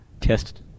test